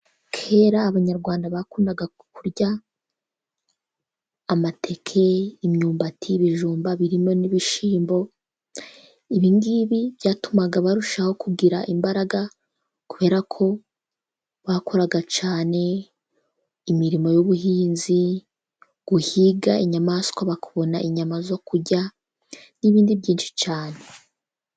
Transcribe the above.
Kera abanyarwanda bakundaga kurya amateke, imyumbati ibijumba birimo n'ibishyimbo, ibingibi byatumaga barushaho kugira imbaraga kubera ko bakoraga cyane imirimo y'ubuhinzi, guhiga inyamaswa bakabona inyama zo kurya n'ibindi cyane.